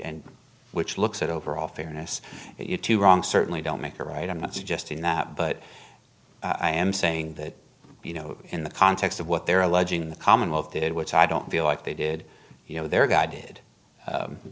and which looks at overall fairness you to wrong certainly don't make a right i'm not suggesting that but i am saying that you know in the context of what they're alleging the commonwealth did which i don't feel like they did you know their g